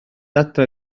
adre